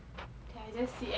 mmhmm